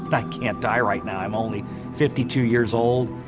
i can't die right now. i'm only fifty two years old.